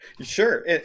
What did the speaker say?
sure